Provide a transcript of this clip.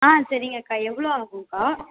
ஆ சரிங்கக்கா எவ்வளோ ஆகும்க்கா